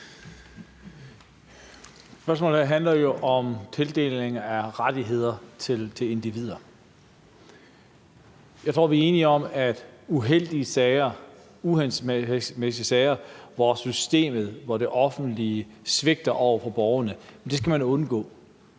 her handler jo om tildeling af rettigheder til individer. Jeg tror, vi er enige om, at uheldige sager, uhensigtsmæssige sager, hvor systemet, det offentlige, svigter borgerne, skal man undgå.